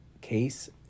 Case